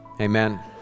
Amen